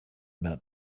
about